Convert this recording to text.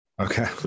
Okay